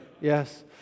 Yes